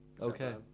Okay